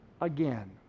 again